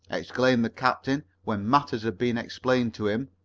exclaimed the captain, when matters had been explained to him,